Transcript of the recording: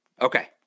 Okay